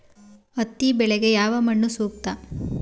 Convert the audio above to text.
ಹತ್ತಿ ಬೆಳೆಗೆ ಯಾವ ಮಣ್ಣು ಸೂಕ್ತ?